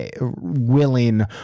willing